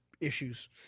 issues